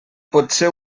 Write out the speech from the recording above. potser